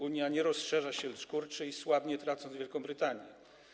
Unia nie rozszerza się, lecz kurczy i słabnie, tracąc Wielką Brytanię.